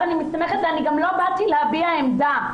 אני מסתמכת ואני גם לא באתי להביע עמדה.